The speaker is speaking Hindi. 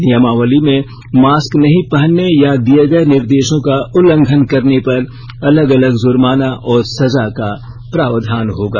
नियमावली में मास्क नहीं पहनने या दिए गए निर्देशों का उल्लंघन करने पर अलग अलग जुर्माना और सजा का प्रावधान होगा